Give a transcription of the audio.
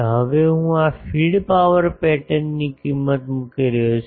હવે હું આ ફીડ પાવર પેટર્ન ની કિંમત મૂકી રહ્યો છું